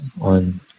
on